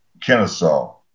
Kennesaw